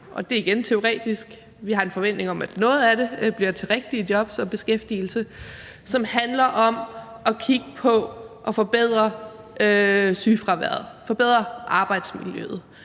og det er igen teoretisk. Vi har en forventning om, at noget af det bliver til rigtige jobs og beskæftigelse. Og det handler om at kigge på at forbedre det i forhold til sygefraværet, at forbedre arbejdsmiljøet.